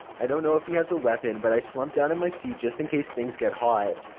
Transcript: i don't know if he has a weapon but i slump down in my seat just in case things get hot.